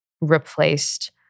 replaced